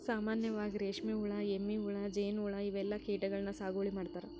ಸಾಮಾನ್ಯವಾಗ್ ರೇಶ್ಮಿ ಹುಳಾ, ಎಮ್ಮಿ ಹುಳಾ, ಜೇನ್ಹುಳಾ ಇವೆಲ್ಲಾ ಕೀಟಗಳನ್ನ್ ಸಾಗುವಳಿ ಮಾಡ್ತಾರಾ